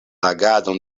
agadon